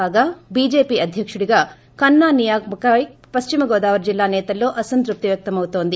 కాగా బీజేపీ అధ్యకుడిగా కన్నా నియామకంపై పశ్చిమగోదావరి జిల్లా సేతల్లో అసంతృప్తి వ్యక్తమవుతోంది